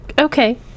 Okay